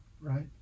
right